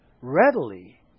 readily